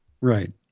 right